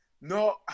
No